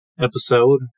episode